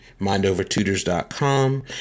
mindovertutors.com